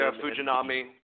Fujinami